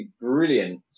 brilliant